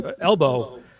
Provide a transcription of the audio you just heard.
elbow